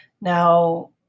Now